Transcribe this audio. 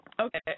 Okay